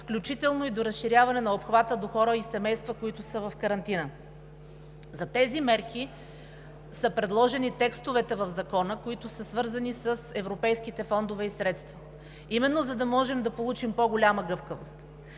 включително и до разширяването на обхвата за хора и семейства, които са в карантина. Тези мерки са предложени в текстовете на Закона, които са свързани с европейските фондове и средства, за да можем да получим именно по-голяма гъвкавост.